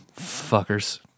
fuckers